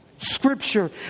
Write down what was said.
Scripture